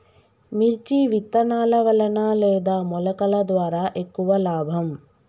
మిర్చి విత్తనాల వలన లేదా మొలకల ద్వారా ఎక్కువ లాభం?